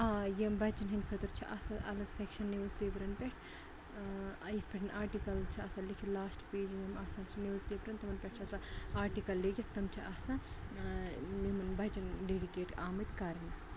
آ یِم بَچَن ہِنٛدۍ خٲطرٕ چھِ اَصٕل الگ سیٚکشَن نِوٕز پیپرَن پٮ۪ٹھ یِتھ پٲٹھۍ آٹِکَل چھِ آسان لیکھِتھ لاسٹہٕ پیجَن یِم آسان چھِ نِوٕز پیپرَن تِمَن پٮ۪ٹھ چھِ آسان آٹِکَل لیکھِتھ تِم چھِ آسان یِمَن بَچَن ڈیٚڈِکیٹ آمٕتۍ کَرنہٕ